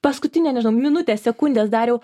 paskutinę nežinau minutę sekundes dariau